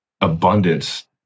abundance